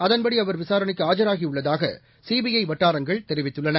அதன்படி அவர் விசாரணைக்கு ஆஜராகியுள்ளதாக சிபிஐ வட்டாரங்கள் தெரிவித்துள்ளன